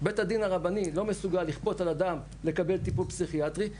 בית הדין הרבני לא מסוגל לכפות על אדם לקבל טיפול פסיכיאטרי,